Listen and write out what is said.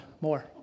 More